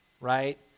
right